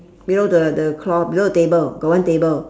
below the the cloth below the table got one table